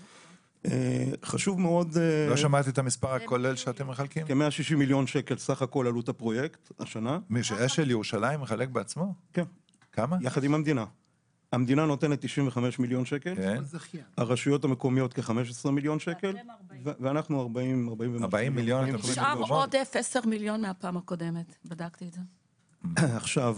40,000,000. מה שקורה,